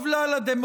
זה שמונה שנים.